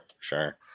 sure